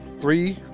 three